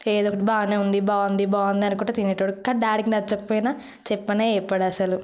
ఏదో ఒకటి బాగానే ఉంది బాగుంది బాగుంది అనుకుంటు తినేవాడు కానీ డాడీకి నచ్చకపోయినా చెప్పనే చెప్పాడు అసలు